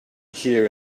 here